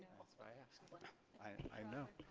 that's why i asked. but i know!